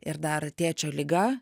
ir dar tėčio liga